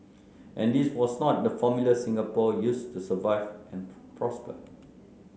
and this was not the formula Singapore used to survive and prosper